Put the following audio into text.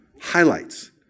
highlights